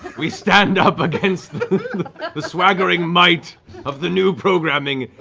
we stand up against the swaggering might of the new programming,